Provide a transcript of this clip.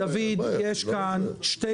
יש כאן שתי